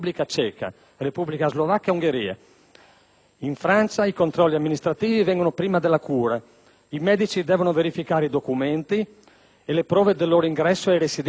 In Francia i controlli amministrativi vengono prima della cura; i medici devono verificare i documenti e le prove del loro ingresso e residenza legale in Francia da almeno 3 mesi.